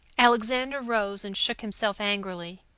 alexander rose and shook himself angrily.